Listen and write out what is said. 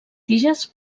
tiges